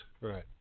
Right